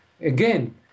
Again